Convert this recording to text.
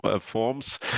forms